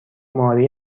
ماری